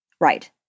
Right